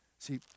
See